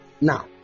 Now